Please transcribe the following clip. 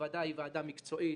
הוועדה היא ועדה מקצועית